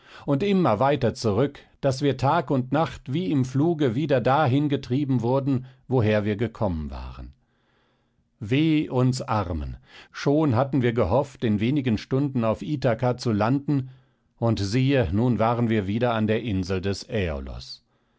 und immer weiter zurück daß wir tag und nacht wie im fluge wieder dahin getrieben wurden woher wir gekommen waren weh uns armen schon hatten wir gehofft in wenigen stunden auf ithaka zu landen und siehe nun waren wir wieder an der insel des